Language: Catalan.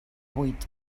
buit